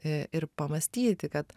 ir pamąstyti kad